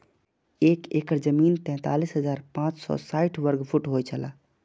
एक एकड़ जमीन तैंतालीस हजार पांच सौ साठ वर्ग फुट होय छला